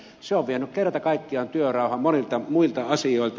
se on vienyt kerta kaikkiaan työrauhan monilta muilta asioilta